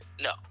no